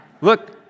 Look